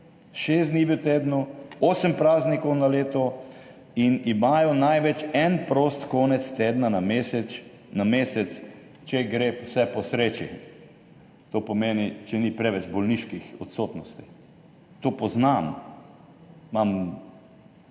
šest dni v tednu, osem praznikov na leto in imajo največ en prost konec tedna na mesec, če gre vse po sreči, to pomeni, če ni preveč bolniških odsotnosti. To poznam, imam